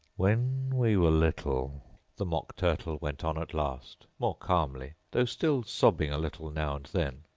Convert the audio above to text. when we were little the mock turtle went on at last, more calmly, though still sobbing a little now and then,